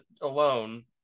alone